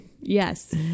Yes